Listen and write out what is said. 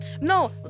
no